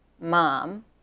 mom